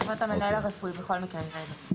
זאת אומרת, המנהל הרפואי בכל מקרה יראה את זה.